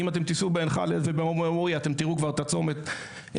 ואם אתם תיסעו בעין חלד ובמועאוויה אתם כבר תראו את הצומת קיים.